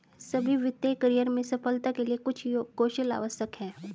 सभी वित्तीय करियर में सफलता के लिए कुछ कौशल आवश्यक हैं